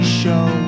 show